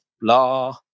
blah